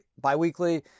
biweekly